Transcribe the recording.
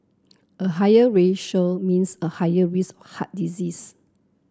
a higher ratio means a higher risk heart disease